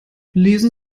lesen